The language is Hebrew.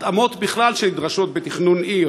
התאמות בכלל שנדרשות בתכנון עיר: